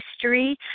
history